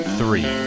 three